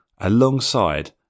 alongside